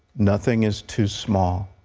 nothing is too small.